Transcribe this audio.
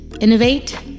Innovate